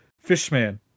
fishman